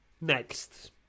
Next